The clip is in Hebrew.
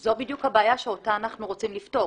זו בדיוק הבעיה שאותה אנחנו רוצים לפתור,